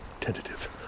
tentative